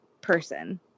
person